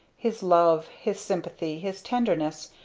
his love, his sympathy, his tenderness,